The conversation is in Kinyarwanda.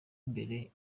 imbere